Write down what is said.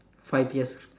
five years